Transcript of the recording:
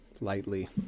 lightly